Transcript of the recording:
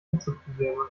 hitzeprobleme